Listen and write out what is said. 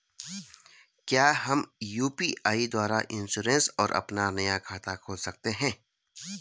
क्या हम यु.पी.आई द्वारा इन्श्योरेंस और अपना नया खाता खोल सकते हैं?